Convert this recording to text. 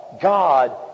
God